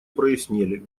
прояснели